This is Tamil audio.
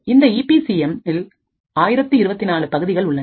இந்த ஈபி சி எம் இல் 1024 பகுதிகள் உள்ளன